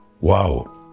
Wow